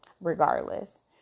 regardless